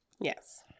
Yes